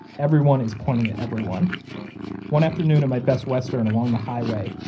everyone is pointing at everyone one afternoon at my best western along the highway,